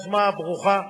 הברוכה.